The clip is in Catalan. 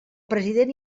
president